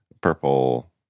purple